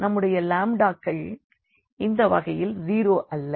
நம்முடைய கள் இந்த வகையில் 0 அல்ல